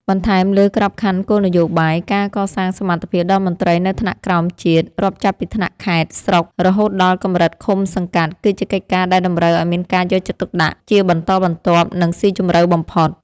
បន្ថែមលើក្របខ័ណ្ឌគោលនយោបាយ ការកសាងសមត្ថភាពដល់មន្ត្រីនៅថ្នាក់ក្រោមជាតិ រាប់ចាប់ពីថ្នាក់ខេត្ត ស្រុក រហូតដល់កម្រិតឃុំ-សង្កាត់ គឺជាកិច្ចការដែលតម្រូវឱ្យមានការយកចិត្តទុកដាក់ជាបន្តបន្ទាប់ និងស៊ីជម្រៅបំផុត។